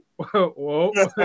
Whoa